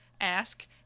ask